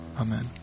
Amen